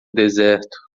deserto